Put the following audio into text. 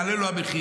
יעלה לו המחיר,